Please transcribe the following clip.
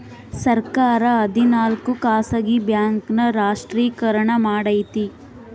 ಸರ್ಕಾರ ಹದಿನಾಲ್ಕು ಖಾಸಗಿ ಬ್ಯಾಂಕ್ ನ ರಾಷ್ಟ್ರೀಕರಣ ಮಾಡೈತಿ